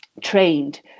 trained